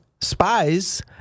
spies